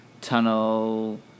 tunnel